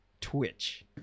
Twitch